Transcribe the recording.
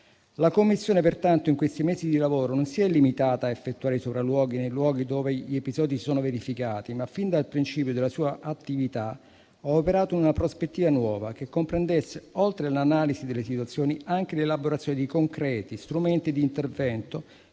La Commissione, pertanto, in questi mesi di lavoro non si è limitata a effettuare sopralluoghi nei luoghi dove gli episodi si sono verificati, ma fin dal principio della sua attività ha operato in una prospettiva nuova, che comprendesse, oltre all'analisi delle situazioni, anche l'elaborazione di concreti strumenti di intervento